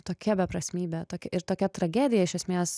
tokia beprasmybė tokia ir tokia tragedija iš esmės